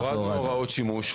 הורדנו הוראות שימוש,